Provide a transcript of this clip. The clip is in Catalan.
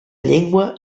llengua